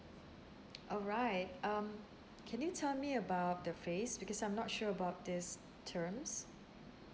alright um can you tell me about the phase because I'm not sure about these terms